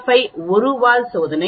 05 1 வால் சோதனை